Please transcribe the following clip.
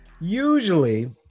usually